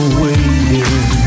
waiting